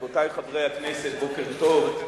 רבותי חברי הכנסת, בוקר טוב.